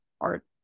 art